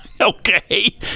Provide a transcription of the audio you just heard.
Okay